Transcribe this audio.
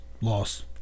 Loss